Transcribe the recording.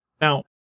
Now